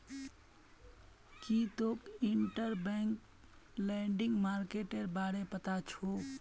की तोक interbank lending मार्केटेर बारे पता छोक